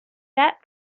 that